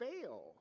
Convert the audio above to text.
fail